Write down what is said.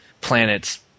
planets